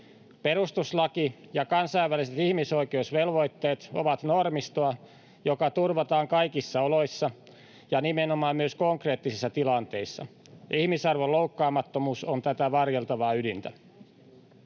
Perustuslaki ja kansainväliset ihmisoikeusvelvoitteet ovat normistoa, joka turvataan kaikissa oloissa ja nimenomaan myös konkreettisissa tilanteissa. Ihmisarvon loukkaamattomuus on tätä varjeltavaa ydintä.